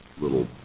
little